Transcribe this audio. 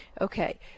Okay